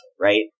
right